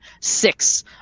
six